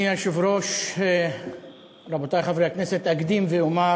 אדוני היושב-ראש, רבותי חברי הכנסת, אקדים ואומר